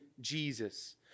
Jesus